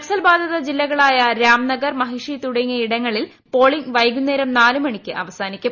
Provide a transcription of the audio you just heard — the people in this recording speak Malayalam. നക്സൽ ബാധിത ജില്ലകളായ രാംനഗർ മഹിഷി തുടൂങ്ങിയിടങ്ങളിൽ പോളിംഗ് വൈകുന്നേരം നാലുമണിക്ക് അവസ്മാനിക്കും